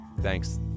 Thanks